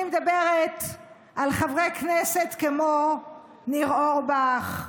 אני מדברת על חברי כנסת כמו ניר אורבך,